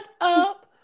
up